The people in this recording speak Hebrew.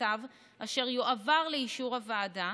בצו אשר יועבר לאישור הוועדה,